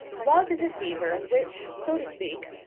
love is a fever which, so to speak,